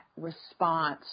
response